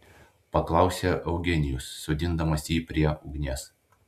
paklausė eugenijus sodindamas jį prie ugnies